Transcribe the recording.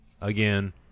Again